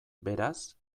beraz